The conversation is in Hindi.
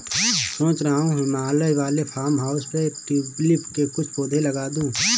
सोच रहा हूं हिमाचल वाले फार्म हाउस पे ट्यूलिप के कुछ पौधे लगा दूं